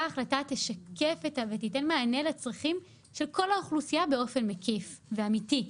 החלטה תשקף ותיתן מענה לצרכים של כל האוכלוסייה באופן מקיף ואמיתי,